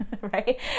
Right